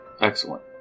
Excellent